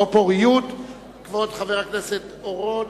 של חבר הכנסת דנון,